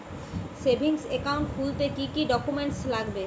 Savings account খুলতে কি কি ডকুমেন্টস লাগবে?